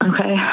okay